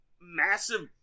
massive